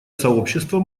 сообщество